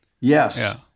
Yes